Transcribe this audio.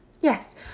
Yes